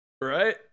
Right